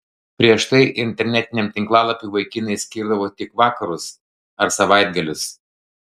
prieš tai internetiniam tinklalapiui vaikinai skirdavo tik vakarus ar savaitgalius